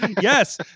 Yes